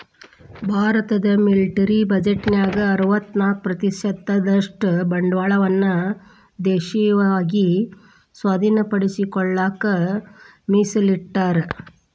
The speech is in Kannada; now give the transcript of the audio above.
ಭಾರತದ ಮಿಲಿಟರಿ ಬಜೆಟ್ನ್ಯಾಗ ಅರವತ್ತ್ನಾಕ ಪ್ರತಿಶತದಷ್ಟ ಬಂಡವಾಳವನ್ನ ದೇಶೇಯವಾಗಿ ಸ್ವಾಧೇನಪಡಿಸಿಕೊಳ್ಳಕ ಮೇಸಲಿಟ್ಟರ